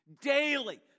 Daily